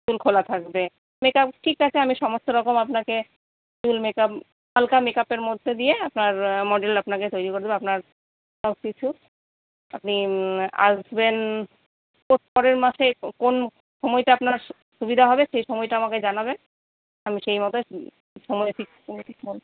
চুল খোলা থাকবে সেটা ঠিক আছে আমি সমস্তরকম আপনাকে ফুল মেকআপ হালকা মেকআপের মধ্যে দিয়ে আপনার মডেল আপনাকে তৈরি করে দিব আপনার সবকিছু আপনি আসবেন পরের মাসে কোন সময়টা আপনার সুবিধা হবে সেই সময়টা আমাকে জানাবেন আমি সেই মতো সময় ঠিক